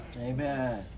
Amen